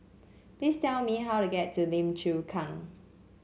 please tell me how to get to Lim Chu Kang